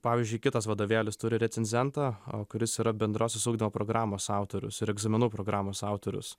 pavyzdžiui kitas vadovėlis turi recenzentą kuris yra bendrosios ugdymo programos autorius ir egzaminų programos autorius